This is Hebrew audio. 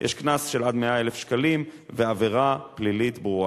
יש קנס עד 100,000 שקלים ועבירה פלילית ברורה.